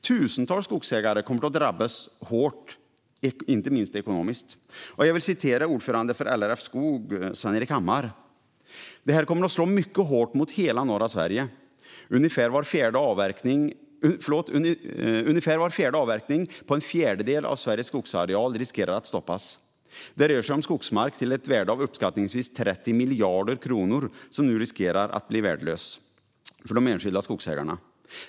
Tusentals skogsägare kommer att drabbas hårt, inte minst ekonomiskt. Jag vill citera ordföranden för LRF Skogsägarna, Sven Erik Hammar: "Det här kommer slå mycket hårt mot hela norra Sverige. Ungefär var fjärde avverkning på en fjärdedel av Sveriges skogsareal riskerar att stoppas. Det rör sig om skogsmark till ett värde av uppskattningsvis 30 miljarder kronor som nu riskerar att bli värdelös för de enskilda skogsägarna.